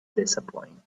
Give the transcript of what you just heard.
disappointed